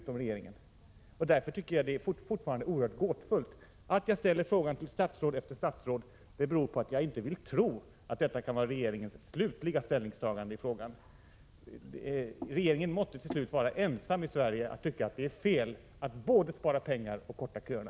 Jag tycker därför att frågans behandling är oerhört gåtfull. Att jag ställer frågan till statsråd efter statsråd beror på att jag inte vill tro att regeringens ställningstagande kan vara dess slutgiltiga ståndpunkt. Regeringen måste i så fall vara ensam i Sverige om att tycka att det är fel att både spara pengar och korta av köerna.